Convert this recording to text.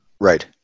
right